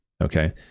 Okay